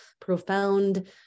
profound